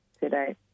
today